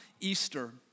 Easter